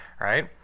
right